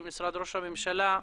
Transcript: משרד ראש הממשלה,